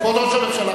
כבוד ראש הממשלה,